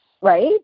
right